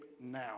now